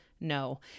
no